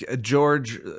George